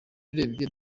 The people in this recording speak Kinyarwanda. urebye